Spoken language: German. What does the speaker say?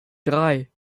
drei